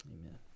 Amen